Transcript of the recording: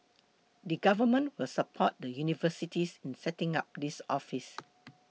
the government will support the universities in setting up this office